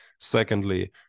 Secondly